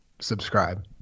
subscribe